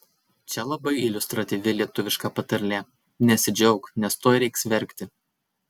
čia labai iliustratyvi lietuviška patarlė nesidžiauk nes tuoj reiks verkti